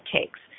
takes